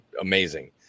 amazing